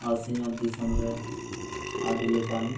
ᱱᱚᱣᱟ ᱥᱤᱧᱚᱛ ᱫᱤᱥᱚᱢᱨᱮ ᱟᱹᱰᱤ ᱞᱮᱠᱟᱱ